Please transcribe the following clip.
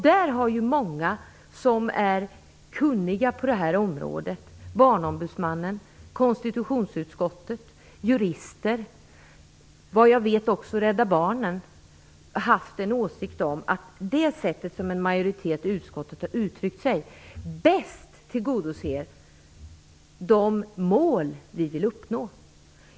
Där har många som är kunniga på detta område - Barnombudsmannen, konstitutionsutskottet, jurister, såvitt jag vet även Rädda Barnen - haft en åsikt om att det sätt på vilket en majoritet i utskottet har uttryckt sig bäst tillgodoser de mål som vi vill uppnå.